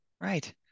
right